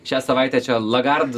šią savaitę čia lagart